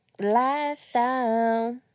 Lifestyle